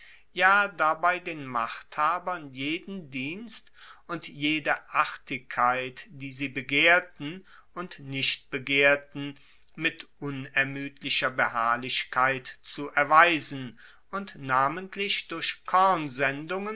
ja dabei den machthabern jeden dienst und jede artigkeit die sie begehrten und nicht begehrten mit unermuedlicher beharrlichkeit zu erweisen und namentlich durch